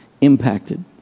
impacted